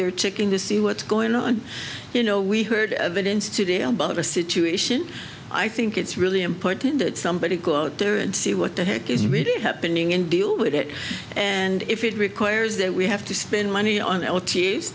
there ticking to see what's going on you know we heard evidence today about a situation i think it's really important that somebody go out there and see what the heck is really happening and deal with it and if it requires that we have to spend money on